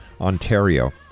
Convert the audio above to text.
Ontario